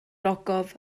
ogof